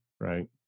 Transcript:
right